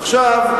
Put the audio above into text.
עכשיו,